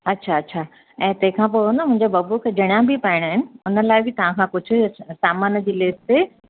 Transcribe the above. अच्छा अच्छा ऐं तहिंखां पोइ न मुंहिंजे बबूअ खे जणियां बि पाइणा आहिनि उन लाइ बि तव्हांखा पुछ सामान जी लिस्ट